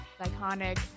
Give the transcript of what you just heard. iconic